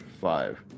Five